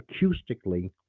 acoustically